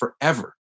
forever